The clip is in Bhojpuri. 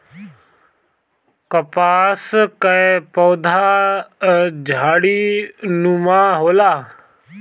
कपास कअ पौधा झाड़ीनुमा होला